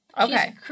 Okay